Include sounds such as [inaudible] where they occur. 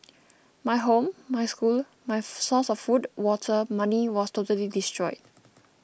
my home my school my [unintelligible] source of food water money was totally destroyed